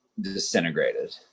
disintegrated